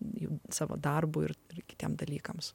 jų savo darbu ir kitiems dalykams